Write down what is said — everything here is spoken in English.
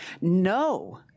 no